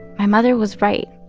my mother was right,